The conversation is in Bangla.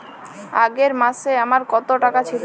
আগের মাসে আমার কত টাকা ছিল?